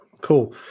Cool